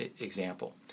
example